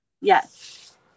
yes